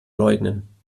leugnen